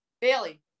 Bailey